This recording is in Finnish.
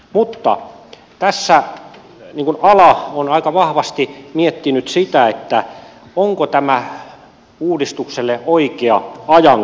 mutta tässä ala on aika vahvasti miettinyt sitä onko tämä uudistukselle oikea ajankohta